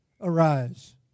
arise